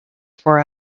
four